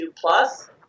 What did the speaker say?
plus